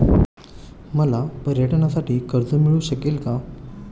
मला पर्यटनासाठी कर्ज मिळू शकेल का?